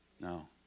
No